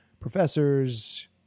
professors